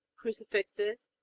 crucifixes,